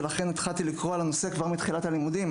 ולכן התחלתי לקרוא על הנושא כבר מתחילת הלימודים.